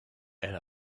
elle